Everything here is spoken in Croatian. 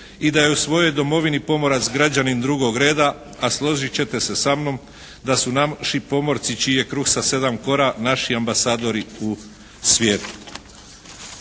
i da je u svojoj domovini pomorac građanin drugog reda, a složit ćete se sa mnom da su naši pomorci čiji je kruh sa 7 kora naši ambasadori u svijetu.